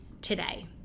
today